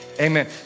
Amen